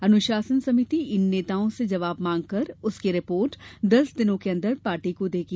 अनुशासन समिति इन नेताओं से जवाब मांगकर उसकी रिपोर्ट दस दिनों के अंदर पार्टी को देगी